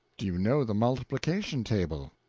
do you know the multiplication table?